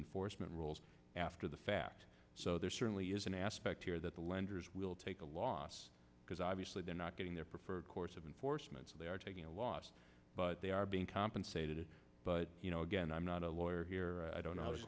enforcement rules after the fact so there certainly is an aspect here that the lenders will take a loss because obviously they're not getting their preferred course of enforcement so they are taking a loss but they are being compensated but you know again i'm not a lawyer here i don't